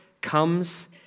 comes